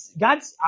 God's